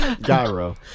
Gyro